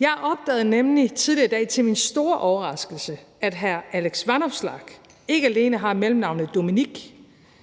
Jeg opdagede nemlig tidligere i dag til min store overraskelse, at hr. Alex Vanopslagh ikke alene har mellemnavnet Dominique,